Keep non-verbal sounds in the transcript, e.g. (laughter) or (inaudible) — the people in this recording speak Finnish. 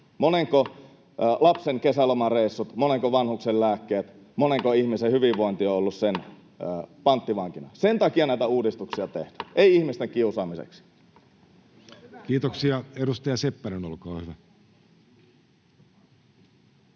Monenko lapsen kesälomareissut, monenko vanhuksen lääkkeet, monenko ihmisen hyvinvointi on ollut (noise) sen panttivankina? Sen takia näitä uudistuksia tehdään, ei ihmisten kiusaamiseksi. Kiitoksia. — Edustaja Seppänen, olkaa hyvä.